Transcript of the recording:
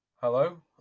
Hello